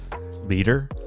leader